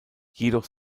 jedoch